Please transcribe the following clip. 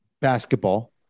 basketball